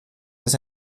des